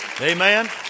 Amen